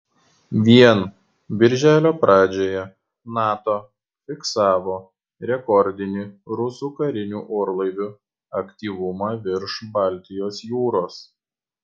vien birželio pradžioje nato fiksavo rekordinį rusų karinių orlaivių aktyvumą virš baltijos jūros